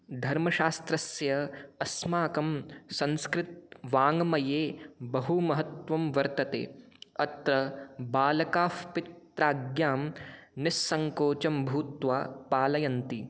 धर्मशास्त्रस्य अस्माकं संस्कृतवाङ्मये बहुमहत्त्वं वर्तते अत्र बालकाः पित्राज्ञां निस्सङ्कोचं भूत्वा पालयन्ति